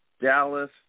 Dallas